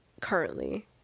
Currently